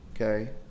okay